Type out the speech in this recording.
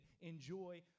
enjoy